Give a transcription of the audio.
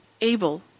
Abel